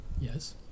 Yes